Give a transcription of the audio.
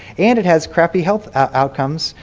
and it has crappy health outcomes.